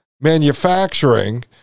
manufacturing